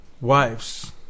Wives